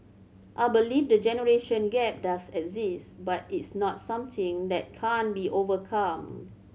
I believe the generation gap does exist but it's not something that can't be overcome